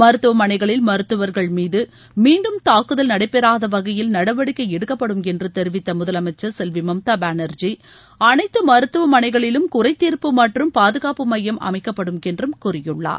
மருத்துவமனைகளில் மருத்துவர்கள் மீது மீண்டும் தாக்குதல் நடைபெறாத வகையில் நடவடிக்கை எடுக்கப்படும் என்று தெரிவித்த முதலமைச்சர் செல்வி மம்தா பானர்ஜி அனைத்து மருத்துவமனைகளிலும் குறைதீர்ப்பு மற்றும் பாதுகாப்பு மையம் அமைக்கப்படும் என்றும் கூறியுள்ளார்